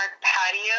patio